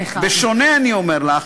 בשונה, אני אומר לך,